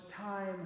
time